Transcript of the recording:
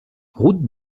route